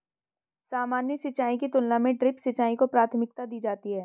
सामान्य सिंचाई की तुलना में ड्रिप सिंचाई को प्राथमिकता दी जाती है